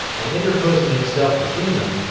and interposing himself between them,